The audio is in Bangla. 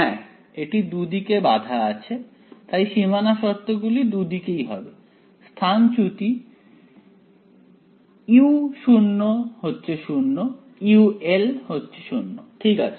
হ্যাঁ এটি দুদিকে বাধা আছে তাই সীমানা শর্তগুলি দুদিকেই হবে স্থানচ্যুতি u 0 u 0 ঠিক আছে